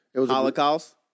Holocaust